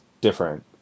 different